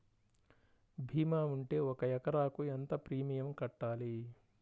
భీమా ఉంటే ఒక ఎకరాకు ఎంత ప్రీమియం కట్టాలి?